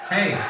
Hey